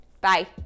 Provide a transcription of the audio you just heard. Bye